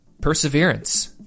perseverance